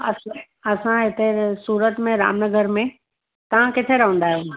अस असां हिते सूरत में राम नगर में तव्हां किथे रहदां आहियो